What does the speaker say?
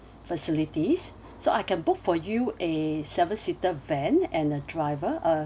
facilities so I can book for you a seven seater van and a driver a